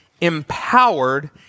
empowered